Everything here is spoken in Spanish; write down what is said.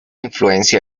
influencia